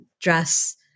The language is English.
dress